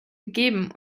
gegeben